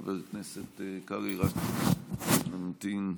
חבר הכנסת קרעי, רק נמתין לשר.